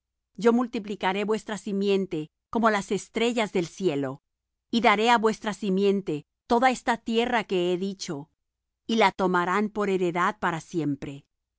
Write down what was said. yo multiplicaré vuestra simiente como las estrellas del cielo y daré á vuestra simiente toda esta tierra que he dicho y la tomarán por heredad para siempre